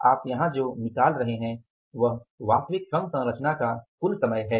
आप यहाँ जो निकाल रहे हैं वह वास्तविक श्रम संरचना का कुल समय है